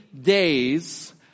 days